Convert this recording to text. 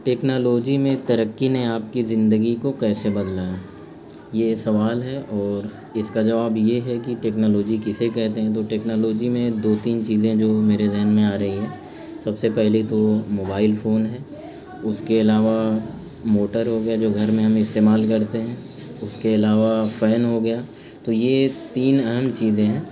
technology میں ترقی نے آپ کی زندگی کو کیسے بدلا ہے یہ سوال ہے اور اس کا جواب یہ ہے کہ ٹیکنالوجی کسے کہتے ہیں تو ٹیکنالوجی میں دو تین چیزیں جو میرے ذہن میں آ رہی ہیں سب سے پہلی تو موبائل فون ہے اس کے علاوہ موٹر ہو گیا جو گھر میں ہم استعمال کرتے ہیں اس کے علاوہ فین ہو گیا تو یہ تین اہم چیزیں ہیں